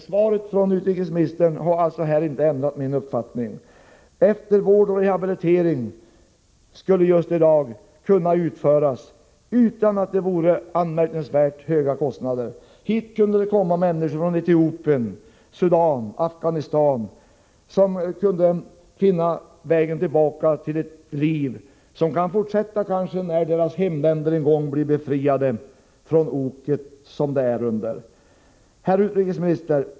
Svaret från utrikesministern har inte ändrat min uppfattning. Eftervård och rehabilitering skulle i dag kunna utföras utan att det vore förenat med anmärkningsvärt höga kostnader. Hit kunde människor komma från Etiopien, Sudan och Afghanistan. De kunde finna vägen tillbaka till ett liv som de kunde fortsätta i sina hemländer när de en gång blir befriade från det ok de nu bär. Herr utrikesminister!